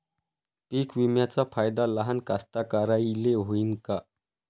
पीक विम्याचा फायदा लहान कास्तकाराइले होईन का?